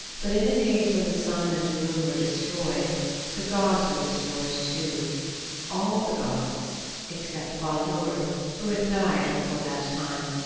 but in the days when the sun and moon were destroyed the gods were destroyed too all the gods except baldur who had died before that time,